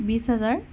বিছ হাজাৰ